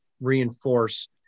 reinforce